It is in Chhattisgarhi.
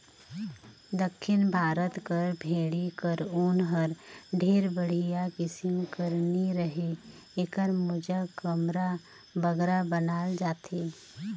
दक्खिन भारत कर भेंड़ी कर ऊन हर ढेर बड़िहा किसिम कर नी रहें एकर मोजा, कमरा बगरा बनाल जाथे